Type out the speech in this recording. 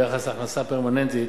ביחס להכנסה הפרמננטית,